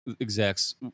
execs